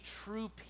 true